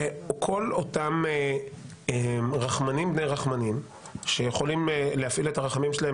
כל אותם רחמנים בני רחמנים שיכולים להפעיל את הרחמים שלהם